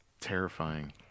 terrifying